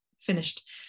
finished